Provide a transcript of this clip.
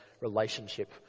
relationship